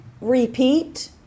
Repeat